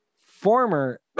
Former